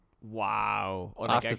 Wow